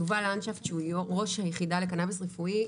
יובל לנדשפט, הוא ראש היחידה לקנביס רפואי.